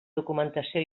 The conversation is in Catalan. documentació